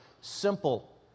simple